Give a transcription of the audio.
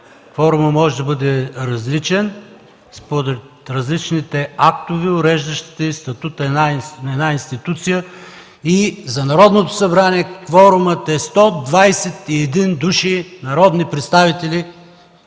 Кворумът може да бъде различен според различните актове, уреждащи статута на една институция. За Народното събрание кворумът е 121 души народни представители,